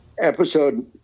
episode